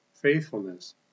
faithfulness